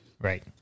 Right